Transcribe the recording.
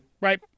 right